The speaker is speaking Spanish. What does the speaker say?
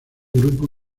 grupo